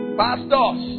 pastors